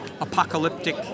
apocalyptic